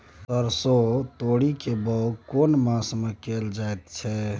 सरसो, तोरी के बौग केना मास में कैल जायत छै?